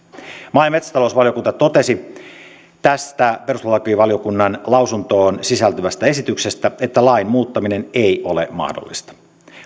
maa ja metsätalousvaliokunta totesi tästä perustuslakivaliokunnan lausuntoon sisältyvästä esityksestä että lain muuttaminen ei ole mahdollista